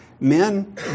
Men